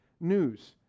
news